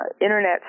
Internet